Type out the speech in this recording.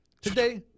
Today